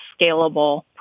Scalable